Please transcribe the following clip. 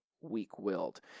weak-willed